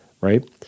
Right